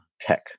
tech